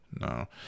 No